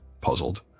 puzzled